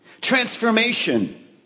transformation